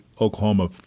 Oklahoma